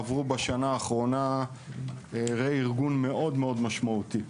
עברו בשנה האחרונה רה-ארגון מאוד מאוד משמעותי.